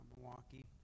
Milwaukee